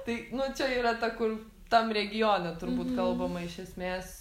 tai nu čia yra ta kur tam regione turbūt kalbama iš esmės